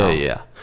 ah yeah,